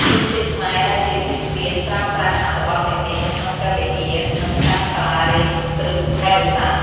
ជនជាតិខ្មែរដែលជាគ្រីស្ទានប្រើប្រាស់អត្ថបទទាំងនេះនៅក្នុងព្រះវិហារ និងតាមសាលារៀនគ្រីស្ទបរិស័ទ។